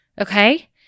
Okay